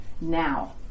now